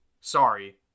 Sorry